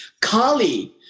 Kali